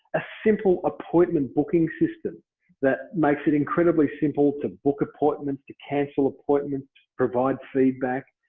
a simple appointment booking system that makes it incredibly simple to book appointments, to cancel appointment, provides feedback.